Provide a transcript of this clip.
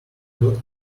good